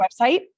website